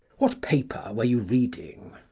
what paper were you reading?